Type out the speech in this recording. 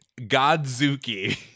Godzuki